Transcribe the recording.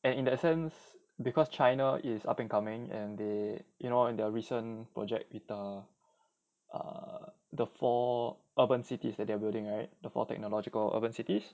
and in that sense because china is up and coming and they you know in their recent project with the err the four urban cities that they're building right the four technological urban cities